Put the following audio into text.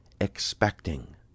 expecting